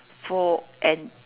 for an